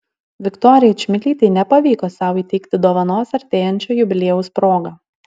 viktorijai čmilytei nepavyko sau įteikti dovanos artėjančio jubiliejaus proga